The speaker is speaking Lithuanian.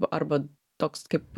arba toks kaip